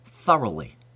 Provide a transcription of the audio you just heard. thoroughly